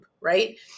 right